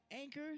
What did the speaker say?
Anchor